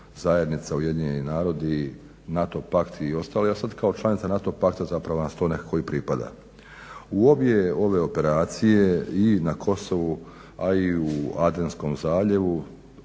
zajednica, Ujedinjeni narodi, NATO pakt i ostali. A sad kao članica NATO pakta zapravo nas to nekako i pripada. U obje ove operacije i na Kosovu, a i u Adenskom zaljevu